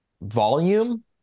volume